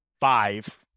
five